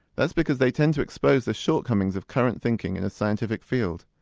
that's because they tend to expose the shortcomings of current thinking in a scientific field.